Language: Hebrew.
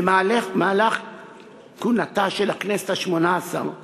במהלך כהונת הכנסת השמונה-עשרה